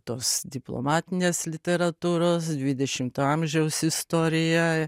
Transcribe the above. tos diplomatinės literatūros dvidešimto amžiaus istoriją